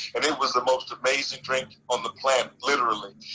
and it was the most amazing drink on the planet, literally.